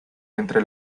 entre